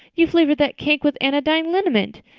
you've flavored that cake with anodyne liniment.